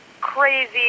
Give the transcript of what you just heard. crazy